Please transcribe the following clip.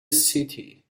city